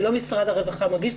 זה לא משרד הרווחה מגיש,